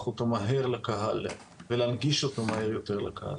אותו מהר לקהל והנגיש אותו מהר יותר לקהל.